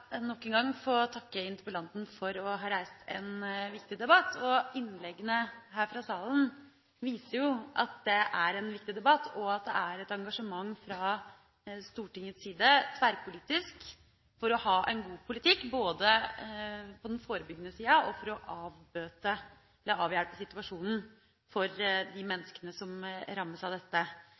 nok en gang få takke interpellanten for å ha reist en viktig debatt. Innleggene her i salen viser jo at det er en viktig debatt, og at det er et engasjement fra Stortingets side, tverrpolitisk, for å ha en god politikk, både på den forebyggende siden og for å avhjelpe situasjonen for de menneskene som rammes av dette.